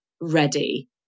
ready